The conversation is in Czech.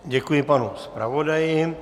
Děkuji panu zpravodaji.